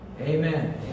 Amen